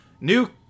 new